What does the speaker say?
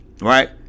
right